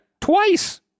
twice